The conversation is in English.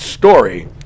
story